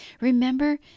Remember